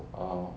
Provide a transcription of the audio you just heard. orh